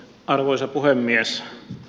arvoisa puhemies